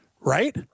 Right